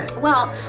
well,